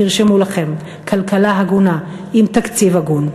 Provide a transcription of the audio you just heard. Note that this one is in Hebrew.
תרשמו לכם, כלכלה הגונה, עם תקציב הגון.